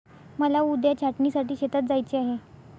मला उद्या छाटणीसाठी शेतात जायचे आहे